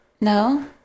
No